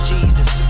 Jesus